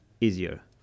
easier